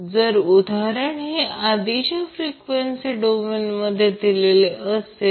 जर उदाहरण हे आधीच फ्रीक्वेसी डोमेनमध्ये दिलेले असेल